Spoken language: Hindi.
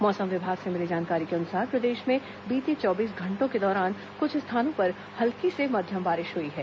मौसम विभाग से मिली जानकारी के अनुसार प्रदेश में बीते चौबीस घंटों के दौरान कुछ स्थानों पर हल्की से मध्यम बारिश हुई है